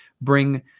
bring